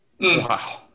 Wow